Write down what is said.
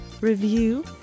review